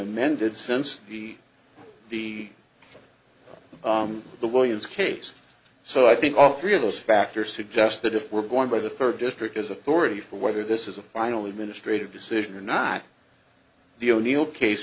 amended since the the the williams case so i think all three of those factors suggest that if we're going by the third district as authority for whether this is a finally ministry decision or not the o'neil case